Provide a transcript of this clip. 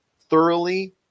thoroughly